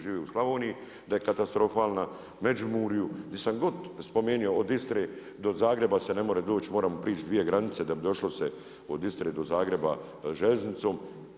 žive u Slavoniji da je katastrofalna, Međimurju, gdje sam god spomenuo od Istre, do Zagreba se ne može doći, moramo preći 2 granice da bi došlo se od Istre do Zagreba željeznicom.